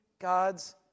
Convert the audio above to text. God's